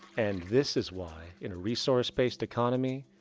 and this is why, in a resource-based economy,